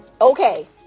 Okay